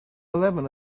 eleven